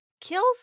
kills